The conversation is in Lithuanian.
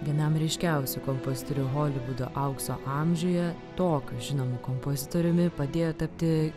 vienam ryškiausių kompozitorių holivudo aukso amžiuje tokiu žinomu kompozitoriumi padėjo tapti